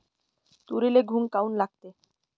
तुरीले घुंग काऊन लागते?